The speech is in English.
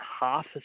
half